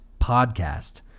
podcast